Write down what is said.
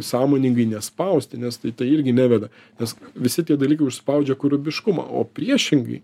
sąmoningai nespausti nes tai tai irgi neveda nes visi tie dalykai užspaudžia kūrybiškumą o priešingai